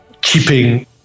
keeping